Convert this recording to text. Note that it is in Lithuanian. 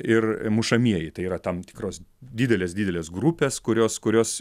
ir mušamieji tai yra tam tikros didelės didelės grupės kurios kurios